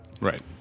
right